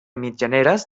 mitjaneres